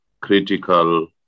critical